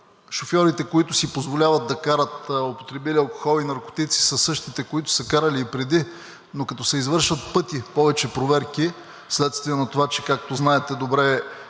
Шофьорите, които си позволяват да карат употребили алкохол и наркотици, са същите, които са карали и преди, но като се извършват в пъти повече проверки, вследствие на това, както знаете добре,